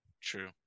true